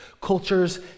cultures